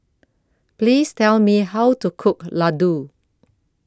Please Tell Me How to Cook Laddu